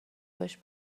باش